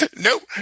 nope